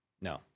no